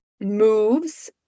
moves